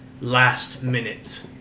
last-minute